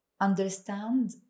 understand